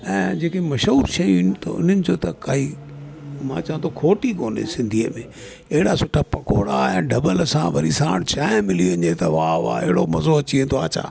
ऐं जेके मशहूरु शयूं इन त उन्हनि जो त काई मां चवां थो खोट ई कोन्हे सिंधीअ में अहिड़ा सुठा पकोड़ा ऐं ढॿल सां वरी साण चांहि मिली वञे त वाह वाह अहिड़ो मज़ो अची वेंदो आहे छा